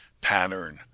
pattern